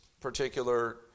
particular